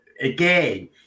again